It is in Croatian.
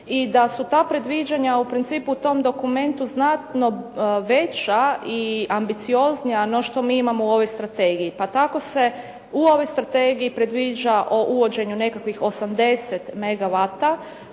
i da su ta predviđanja u principu u tom dokumentu znatno veća i ambicioznija no što mi imamo u ovoj strategiji. Pa tako se u ovoj strategiji predviđa o uvođenju nekakvih 80